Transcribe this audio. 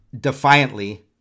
defiantly